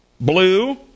blue